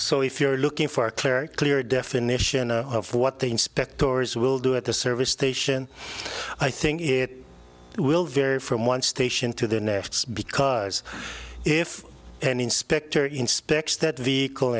so if you're looking for a clear clear definition of what the inspectors will do at the service station i thing it will vary from one station to the next because if an inspector inspects that vehicle